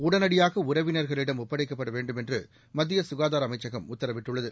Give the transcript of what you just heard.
உடனடியாக உறவினர்களிடம் ஒப்படைக்கப்பட வேண்டும் என்று மத்திய சுகாதார அமைச்சகம் உத்தரவிட்டுள்ளது